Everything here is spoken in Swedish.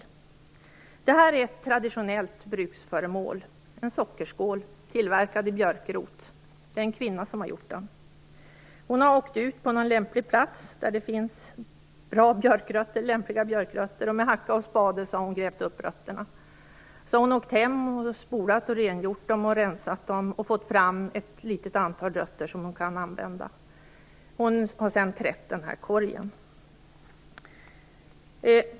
Det jag håller i handen är ett traditionellt bruksföremål, en sockerskål, tillverkad i björkrot. Det är en kvinna som har gjort den. Hon har åkt ut till en plats där det finns lämpliga björkrötter. Med hacka och spade har hon grävt upp rötterna. Sedan har hon åkt hem, spolat och rengjort dem, rensat dem och fått fram ett litet antal rötter som hon kan använda. Hon har sedan trätt den här korgen.